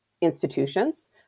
institutions